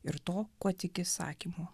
ir to kuo tiki sakymu